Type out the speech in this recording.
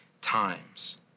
times